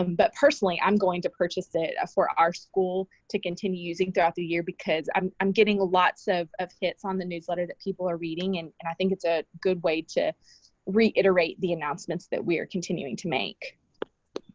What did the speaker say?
um but personally, i'm going to purchase it for our school to continue using throughout the year because i'm i'm getting lots of of hits on the newsletter that people are reading. and and i think it's a good way to reiterate the announcements that we're continuing to make.